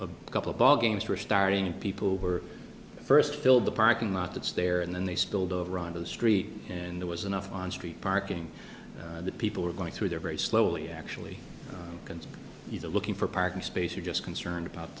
then a couple of ball games were starting and people were first filled the parking lot that's there and then they spilled over onto the street and there was enough on street parking that people were going through there very slowly actually can see you there looking for parking space or just concerned about